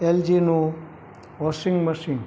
L જીનું washing machine